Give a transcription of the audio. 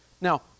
Now